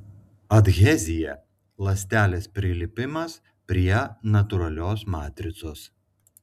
adhezija ląstelės prilipimas prie natūralios matricos